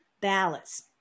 ballots